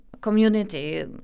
community